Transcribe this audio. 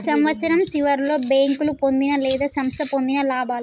సంవత్సరం సివర్లో బేంకోలు పొందిన లేదా సంస్థ పొందిన లాభాలు